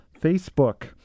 Facebook